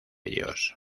ellos